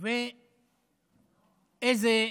איזה,